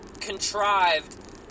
contrived